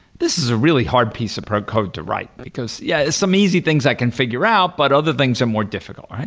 this is a really hard piece of probe code to write, because yeah, some easy things i can figure out, but other things are more difficult, right?